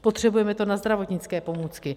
Potřebujeme to na zdravotnické pomůcky.